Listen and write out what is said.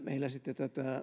meillä sitten